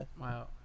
wow